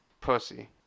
pussy